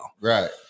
right